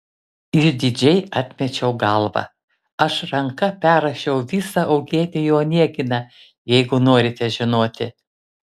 išdidžiai atmečiau galvą aš ranka perrašiau visą eugenijų oneginą jeigu norite žinoti